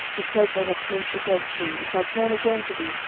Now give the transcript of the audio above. because they have sinned against thee, and shall turn again to thee,